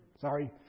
Sorry